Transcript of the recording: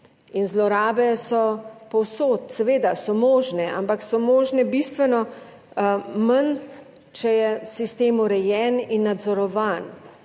zlorabe so povsod, seveda so možne, ampak so možne bistveno manj, če je sistem urejen in nadzorovan.